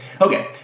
Okay